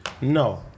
No